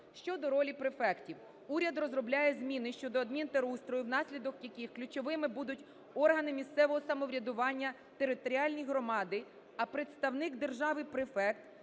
Щодо ролі префектів. Уряд розробляє зміни щодо адмінтерустрою, внаслідок яких ключовими будуть органи місцевого самоврядування, територіальні громади, а представник держави префект